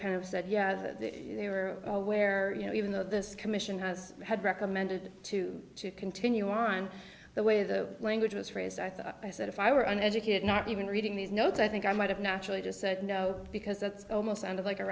kind of said yeah they were aware you know even though this commission has had recommended to continue on the way the language was phrased i thought i said if i were an educated not even reading these notes i think i might have naturally just said no because that's almost